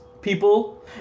people